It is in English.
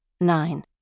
Nine